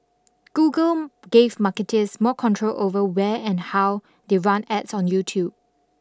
Google gave marketers more control over where and how they run ads on YouTube